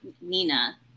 nina